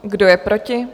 Kdo je proti?